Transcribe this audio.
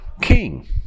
king